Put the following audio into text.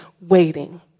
waiting